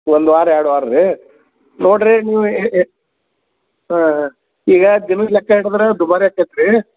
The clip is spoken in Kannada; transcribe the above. ಒಂದು ವಾರ ಎರ್ಡು ವಾರ ರಿ ನೋಡ್ರಿ ನೀವು ಈಗ ದಿನದ ಲೆಕ್ಕ ಹಿಡಿದ್ರೆ ದುಬಾರಿ ಆಗ್ತೈತೆ ರಿ